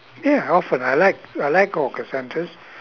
ya often I like I like hawker centers